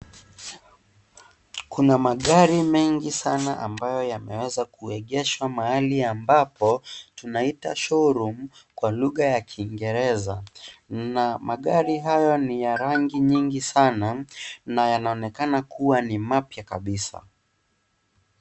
Kuna magari mengi sana ambayo yameweza kuegeshwa mahali ambapo tunaita showroom kwa lugha ya Kiingereza. Na magari hayo ni ya rangi nyingi sana na yanaonekana kuwa ni mapya kabisa.